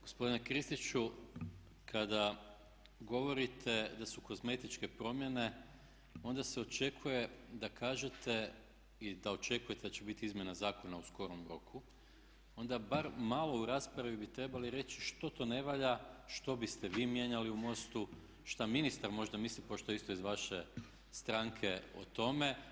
Gospodine Kristiću kada govorite da su kozmetičke promjene onda se očekuje da kažete i da očekujete da će biti izmjena zakona u skorom roku, onda bar malo u raspravi bi trebali reći što to ne valja, što biste vi mijenjali u MOST-u, što ministar možda misli pošto je isto iz vaše stranke o tome.